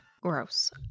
Gross